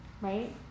right